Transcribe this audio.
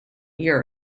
year